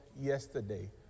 yesterday